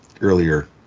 earlier